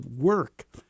work